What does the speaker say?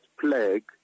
plague